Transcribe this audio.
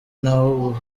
naho